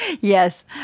Yes